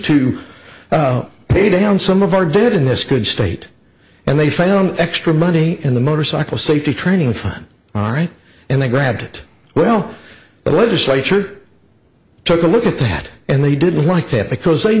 to pay down some of our debt in this good state and they found extra money in the motorcycle safety training from all right and they grabbed it well the legislature took a look at that and they didn't like that because they